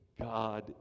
God